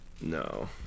No